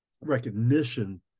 recognition